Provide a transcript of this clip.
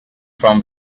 from